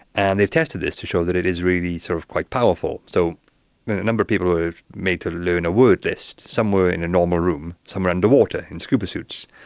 and they've tested this to show that it is really sort of quite powerful. so a number of people were made to learn a word list. some were in a normal room, some were under water in scuba suits.